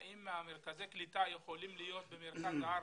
האם מרכזי הקליטה יכולים להיות במרכז הארץ?